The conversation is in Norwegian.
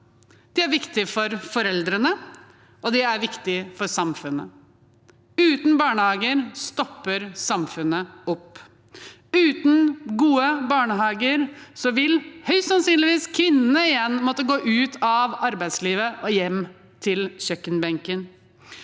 det er viktig for foreldrene, og det er viktig for samfunnet. Uten barnehager stopper samfunnet opp. Uten gode barnehager vil høyst sannsynlig kvinnene igjen måtte gå ut av arbeidslivet og hjem til kjøkkenbenken.